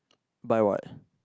buy what